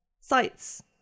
sites